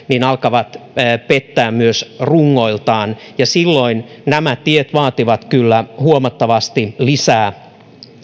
alkavat pettää myös rungoiltaan ja silloin nämä tiet vaativat kyllä huomattavasti lisää